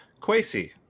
Quasi